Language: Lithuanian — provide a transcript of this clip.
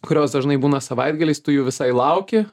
kurios dažnai būna savaitgaliais tu jų visai lauki